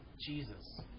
Jesus